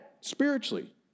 spiritually